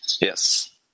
Yes